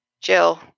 Jill